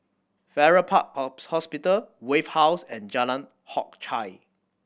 Farrer Park Hospital Wave House and Jalan Hock Chye